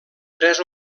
tres